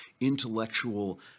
intellectual